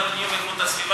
אני אומר פנים ואיכות הסביבה.